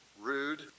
rude